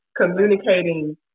communicating